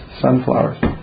sunflowers